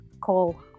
call